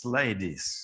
ladies